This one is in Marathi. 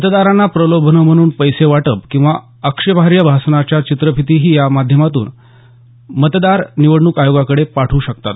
मतदारांना प्रलोभन म्हणून पैसे वाटप किंवा आक्षेपार्ह भाषणांच्या चित्रफीतीही या माध्यमातून मतदार निवडणूक आयोगाकडे पाठवू शकतात